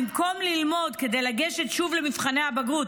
במקום ללמוד כדי לגשת שוב למבחני הבגרות